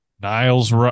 Niles